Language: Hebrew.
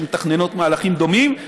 שמתכננות מהלכים דומים.